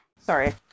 Sorry